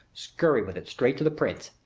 skurry with it straight to the prince,